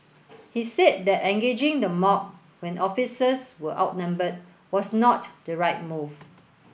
he said that engaging the mob when officers were outnumbered was not the right move